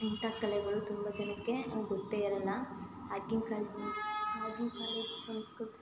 ಇಂಥ ಕಲೆಗಳು ತುಂಬ ಜನಕ್ಕೆ ಗೊತ್ತೇ ಇರಲ್ಲ ಆಗಿನ ಕಾಲದ ಆಗಿನ ಕಾಲದ ಸಂಸ್ಕೃತಿ